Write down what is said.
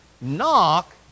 knock